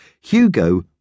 Hugo